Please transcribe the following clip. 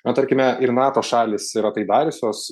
na tarkime ir nato šalys yra tai dariusios